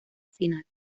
final